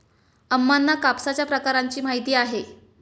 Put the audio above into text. अम्मांना कापसाच्या प्रकारांची माहिती आहे